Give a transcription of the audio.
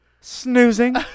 snoozing